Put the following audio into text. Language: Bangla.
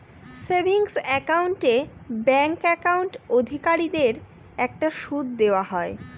সেভিংস একাউন্ট এ ব্যাঙ্ক একাউন্ট অধিকারীদের একটা সুদ দেওয়া হয়